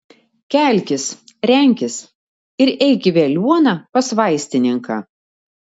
kelkis renkis ir eik į veliuoną pas vaistininką